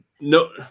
no